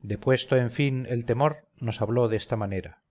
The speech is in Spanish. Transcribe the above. depuesto en fin el temor nos habló de esta manera